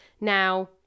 Now